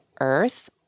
earth